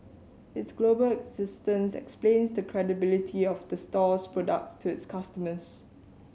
its global existence explains the credibility of the store's products to its customers